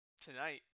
tonight